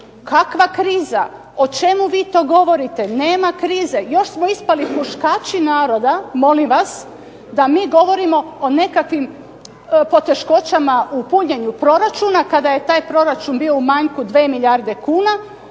kakva kriza, o čemu vi to govorite, nema krize. Još smo ispali huškači naroda, molim vas, da mi govorimo o nekakvim poteškoćama u punjenju proračuna kada je taj proračun bio u manjku 2 milijarde kuna,